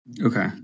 Okay